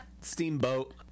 steamboat